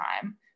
time